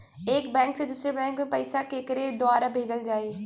एक बैंक से दूसरे बैंक मे पैसा केकरे द्वारा भेजल जाई?